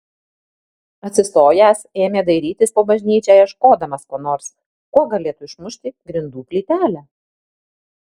atsistojęs ėmė dairytis po bažnyčią ieškodamas ko nors kuo galėtų išmušti grindų plytelę